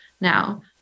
now